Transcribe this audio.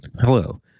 Hello